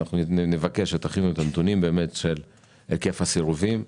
נבקש שיביאו את הנתונים לגבי היקף הסירובים,